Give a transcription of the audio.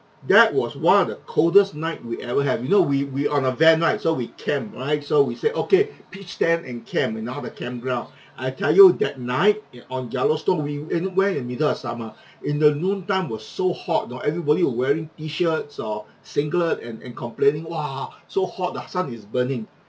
that was one of the coldest night we ever have you know we we on a van right so we camp right so we say okay pitch tent and camp you know on the campground I tell you that night in on yellowstone we eh know we're in the middle of summer in the noontime was so hot know everybody were wearing t-shirts or singlet and and complaining !wah! so hot the sun is burning